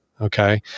okay